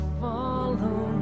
follow